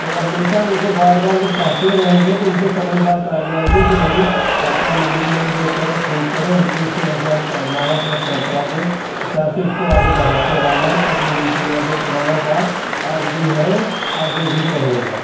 तो हमेशा उनको बार बार जब कहते रहेंगे तो उनके समझ बात आ जाएगी कि नहीं पापा मम्मी मेरे जो कह रहे ठीक कह रहें हमको इसी अनुसार चलना है अपने परम्परा के हिसाब से इसको आगे बढ़ाते रहना है ताकि रीति रिवाज जो पुराना था आज भी है आगे भी रहेगा